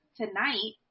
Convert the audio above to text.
tonight